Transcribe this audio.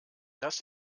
das